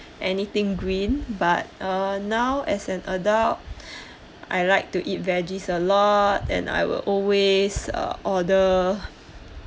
anything green but uh now as an adult I like to eat veggies a lot and I will always uh order